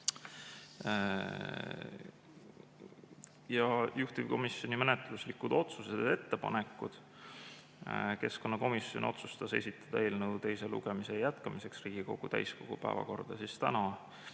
Juhtivkomisjoni menetluslikud otsused ja ettepanekud. Keskkonnakomisjon otsustas esitada eelnõu teise lugemise jätkamiseks Riigikogu täiskogu päevakorda tänaseks.